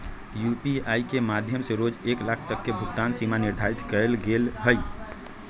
UPI के माध्यम से रोज एक लाख तक के भुगतान सीमा निर्धारित कएल गेल हइ